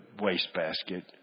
wastebasket